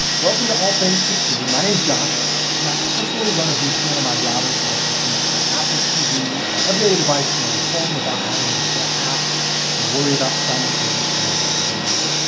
welcome to all things secure. and my name is josh and i personally run a vpn on my routers so that i can connect my apple tv and every other device in our and home without having to install apps or worry about simultaneous connection limits.